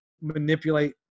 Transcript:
manipulate